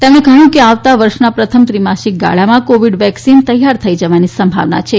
તેમણે કહયું કે આવતા વર્ષના પ્રથમ ત્રિમાસીક ગાળામાં કોવીડ વેકસીન તૈયાર થઇ જવાની સંભાવના છે